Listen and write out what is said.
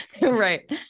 Right